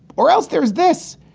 or else there's this.